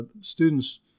students